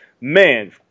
man